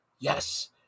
yes